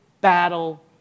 battle